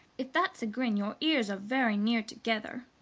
if that's a grin, your ears are very near together.